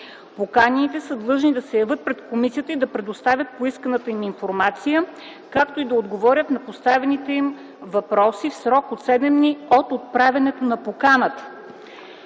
Поканените са длъжни да се явят пред комисията и да предоставят поисканата им информация, както и да отговарят на поставените им въпроси в срок до 7 дни от отправянето на поканата.